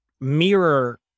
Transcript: mirror